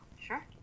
Sure